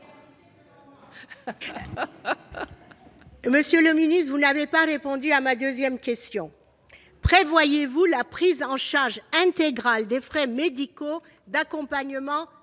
pour la réplique. Vous n'avez pas répondu à ma deuxième question : prévoyez-vous la prise en charge intégrale des frais médicaux d'accompagnement